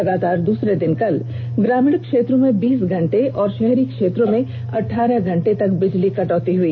लगातार दूसरे दिन कल ग्रामीण क्षेत्रों में बीस घंटे और षहरी क्षेत्रों में अठारह घंटे तक बिजली कटौती हुई